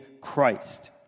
Christ